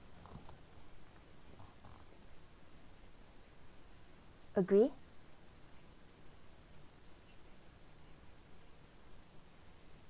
agree